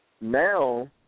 now